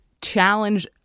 challenge